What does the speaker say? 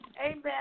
amen